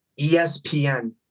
ESPN